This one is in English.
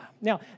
Now